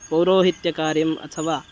पौरोहित्यकार्यम् अथवा